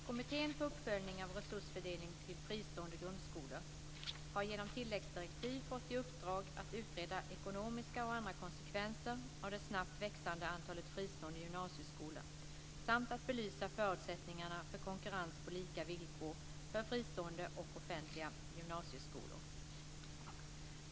Kommittén för uppföljning av resursfördelning till fristående grundskolor, Fristkommittén, har genom tilläggsdirektiv fått i uppdrag att utreda ekonomiska och andra konsekvenser av det snabbt växande antalet fristående gymnasieskolor samt att belysa förutsättningarna för konkurrens på lika villkor för fristående och offentliga gymnasieskolor.